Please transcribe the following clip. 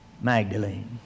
Magdalene